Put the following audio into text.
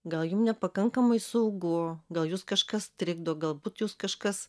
gal jum nepakankamai saugu gal jus kažkas trikdo galbūt jus kažkas